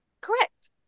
Correct